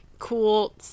cool